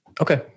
okay